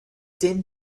din